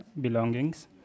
belongings